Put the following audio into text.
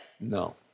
No